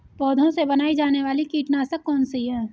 पौधों से बनाई जाने वाली कीटनाशक कौन सी है?